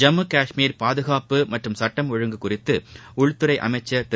ஜம்மு காஷ்மீர் பாதுகாப்பு மற்றும் சட்ட ஒழுங்கு குறித்து உள்துறை அமைச்சள் திரு